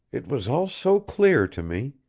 it was all so clear to me.